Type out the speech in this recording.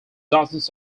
dozens